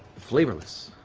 flavorless.